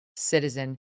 Citizen